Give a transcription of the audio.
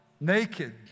Naked